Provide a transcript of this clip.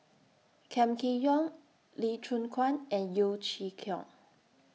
Kam Kee Yong Lee Choon Guan and Yeo Chee Kiong